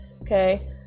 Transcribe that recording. okay